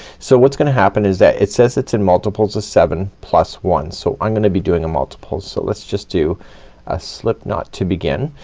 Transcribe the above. so what's gonna happen is that it says it's in multiples of seven plus one. so i'm gonna be doing a multiples. so let's just do a slipknot to begin.